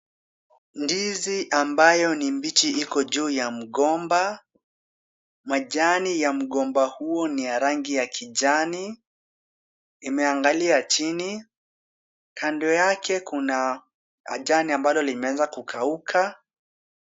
Ndizi ambayo ni mbichi iko juu ya mgomba, majani ya mgomba huo ni ya rangi ya kijani. Imeangalia chini, kando yake kuna majani ambayo inaweza kukauka.